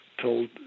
Told